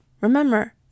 Remember